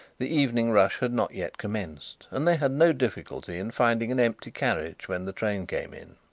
the evening rush had not yet commenced and they had no difficulty in finding an empty carriage when the train came in.